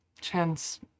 chance